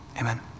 Amen